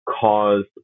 caused